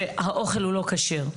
שהאוכל הוא לא כשר?